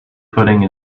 pudding